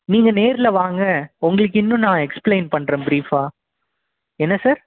நீங்கள் நேரில் வாங்க உங்களுக்கு இன்னும் நான் எக்ஸ்பிளைன் பண்ணுறேன் பிரீஃபாக என்ன சார்